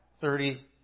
Thirty